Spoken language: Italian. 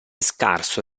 scarso